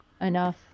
Enough